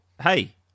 Hey